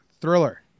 Thriller